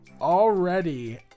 already